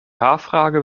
frage